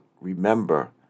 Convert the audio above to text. remember